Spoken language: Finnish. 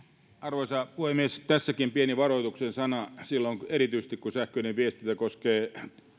arvoisa puhemies tässäkin pieni varoituksen sana silloin erityisesti kun sähköinen viestintä koskee